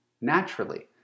naturally